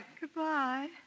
Goodbye